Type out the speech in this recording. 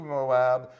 Moab